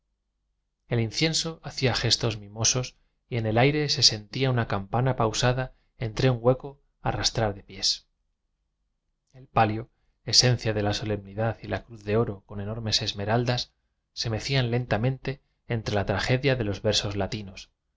el incienso hacía gestos mimosos y en el aire se sentía una campana pausada en tre un hueco arrastrar de pies el palio esencia de la solemnidad y la cruz de oro con enormes esmeraldas se mecían lenta mente entre la tragedia de los versos lati